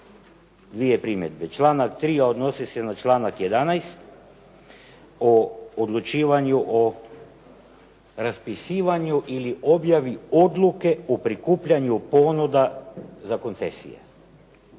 dvije primjedbe. Članak 3., a odnosi se na članak 11. o odlučivanju o raspisivanju ili objavi odluke o prikupljanju ponuda za koncesije.